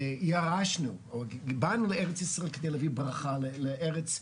ירשנו או באנו לארץ ישראל כדי להביא ברכה לארץ,